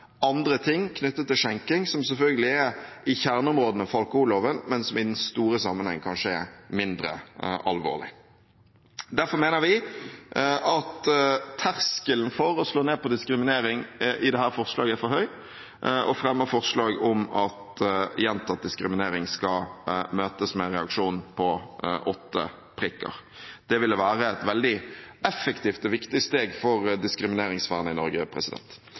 andre ting knyttet til skjenking, som selvfølgelig er i kjerneområdet for alkoholloven, men som i den store sammenheng kanskje er mindre alvorlig. Derfor mener vi at terskelen for å slå ned på diskriminering i dette forslaget er for høy, og fremmer forslag om at gjentatt diskriminering skal møtes med reaksjon på åtte prikker. Det ville være et effektivt og veldig viktig steg for diskrimineringsvernet i Norge.